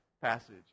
passage